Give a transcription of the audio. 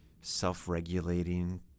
self-regulating